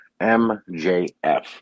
MJF